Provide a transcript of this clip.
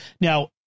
Now